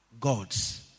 God's